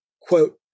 quote